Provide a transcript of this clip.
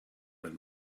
when